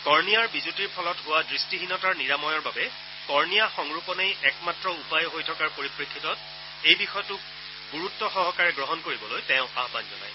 কৰ্ণিয়াৰ বিজুতিৰ ফলত হোৱা দুষ্টিহীনতাৰ নিৰাময়ৰ বাবে কৰ্ণিয়া সংৰোপনেই একমাত্ৰ উপায় হৈ থকাৰ পৰিপ্ৰেক্ষিতত এই বিষয়টোক গুৰুত্ব সহকাৰে গ্ৰহণ কৰিবলৈ তেওঁ আহান জনায়